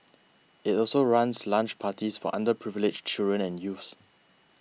it also runs lunch parties for underprivileged children and youth